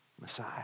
Messiah